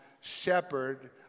shepherd